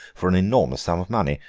for an enormous sum of money.